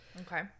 Okay